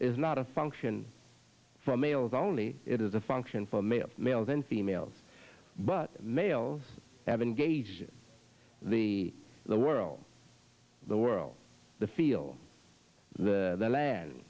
is not a function for males only it is a function for males males and females but males have engaged the the world the world the feel the